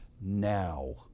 now